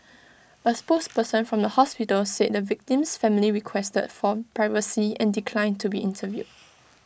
A spokesperson from the hospital said the victim's family requested for privacy and declined to be interviewed